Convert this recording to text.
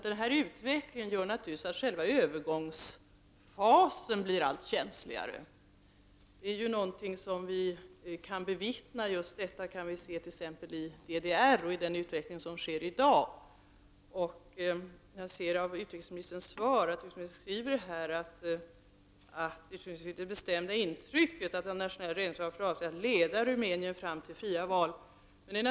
Den här utvecklingen gör naturligtvis att själva övergångsfasen blir allt känsligare. Vi kan se ett exempel på detta när det gäller DDR:s utveckling i dag. I utrikesministerns svar står det att utrikesministern har ”det bestämda intrycket att Nationella räddningsfronten har för avsikt att leda Rumänien fram till fria val”.